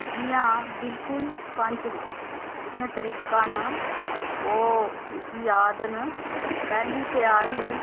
जी हां बिल्कुल पंज जेह्कियां तरीकां न ओह् मिगी जाद न पैह्ली ते आई